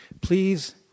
please